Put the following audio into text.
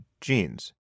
genes